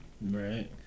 Right